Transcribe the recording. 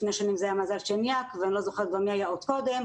לפני שנים זו הייתה מזל שיניאק ואני לא זוכרת מי היה קודם.